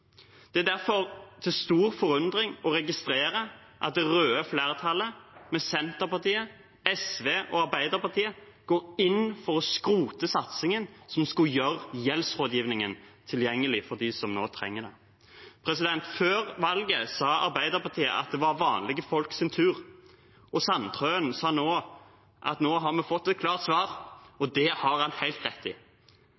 Det er derfor til stor forundring å registrere at det røde flertallet, med Senterpartiet, SV og Arbeiderpartiet, går inn for å skrote satsingen som skulle gjøre gjeldsrådgivningen tilgjengelig for dem som nå trenger det. Før valget sa Arbeiderpartiet at det var vanlige folks tur. Og nå sa Sandtrøen at vi nå har fått et klart svar.